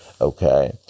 Okay